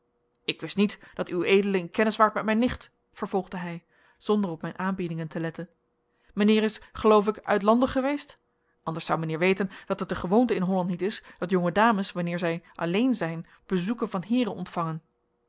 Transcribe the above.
ik wist niet dat ued in kennis waart met mijn nicht vervolgde hij zonder op mijn aanbiedingen te letten mijnheer is geloof ik uitlandig geweest anders zou mijnheer weten dat het de gewoonte in holland niet is dat jonge dames wanneer zij alleen zijn bezoeken van heeren ontvangen